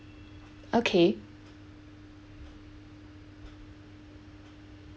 okay